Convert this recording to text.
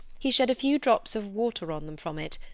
he shed a few drops of water on them from it,